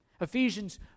Ephesians